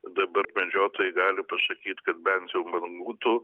dabar medžiotojai gali pasakyt kad bent jau mangutų